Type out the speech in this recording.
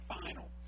final